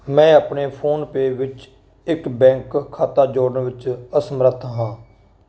ਮੈਂ ਆਪਣੇ ਫੋਨਪੇਅ ਵਿੱਚ ਇੱਕ ਬੈਂਕ ਖਾਤਾ ਜੋੜਨ ਵਿੱਚ ਅਸਮਰੱਥ ਹਾਂ